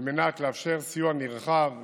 על מנת לאפשר סיוע נרחב לשכירים,